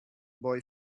boy